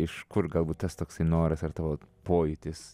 iš kur galbūt tas toksai noras ar tavo pojūtis